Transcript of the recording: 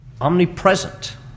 omnipresent